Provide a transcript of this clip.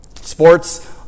sports